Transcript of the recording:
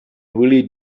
really